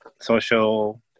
social